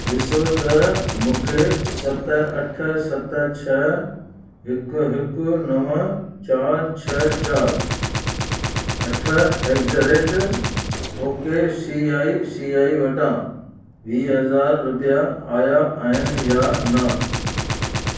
ॾिसो त मूंखे सत अठ सत छह हिकु हिकु नव चारि छह चारि अठ एग्ज rate okay C I C I वटां वीह हज़ार रुपिया आया आहिनि या न